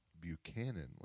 Buchanan